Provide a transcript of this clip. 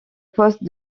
poste